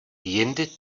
jindy